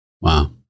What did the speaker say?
Wow